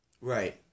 Right